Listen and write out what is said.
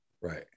Right